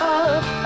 up